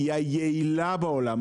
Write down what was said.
היא היעילה בעולם.